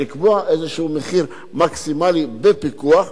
לקבוע איזה מחיר מקסימלי בפיקוח.